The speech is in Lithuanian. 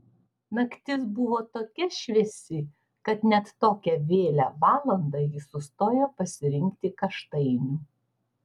naktis buvo tokia šviesi kad net tokią vėlią valandą ji sustojo pasirinkti kaštainių